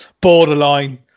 borderline